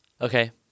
Okay